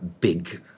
big